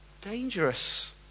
dangerous